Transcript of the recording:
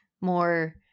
more